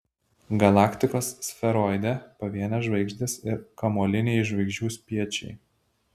galaktikos sferoide pavienės žvaigždės ir kamuoliniai žvaigždžių spiečiai